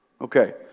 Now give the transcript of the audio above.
Okay